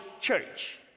church